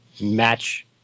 match